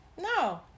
no